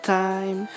time